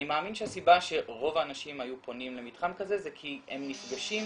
אני מאמין שהסיבה שרוב האנשים היו פונים למתחם כזה זה כי הם נפגשים